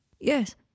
Yes